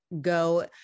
go